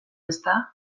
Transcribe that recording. ezta